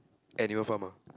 annual form ah